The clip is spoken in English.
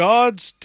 God's